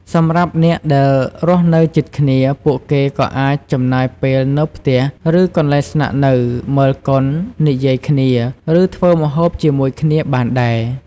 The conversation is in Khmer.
សម្រាប់អ្នកដែលរស់នៅជិតគ្នា ពួកគេក៏អាច ចំណាយពេលនៅផ្ទះ ឬកន្លែងស្នាក់នៅ មើលកុន និយាយគ្នា ឬធ្វើម្ហូបជាមួយគ្នាបានដែរ។